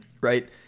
right